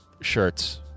shirts